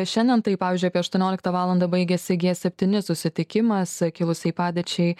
šiandien tai pavyzdžiui apie aštuonioliktą valandą baigėsi g septyni susitikimas kilusiai padėčiai